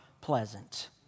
pleasant